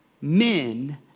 Men